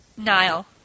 Nile